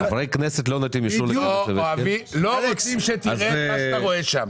לא רוצים שתראה את מה שאתה רואה שם.